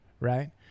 right